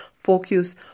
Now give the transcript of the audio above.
Focus